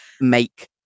make